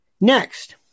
next